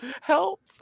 help